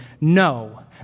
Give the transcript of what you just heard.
no